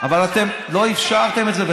תזכור שהוא מהמפלגה שלנו,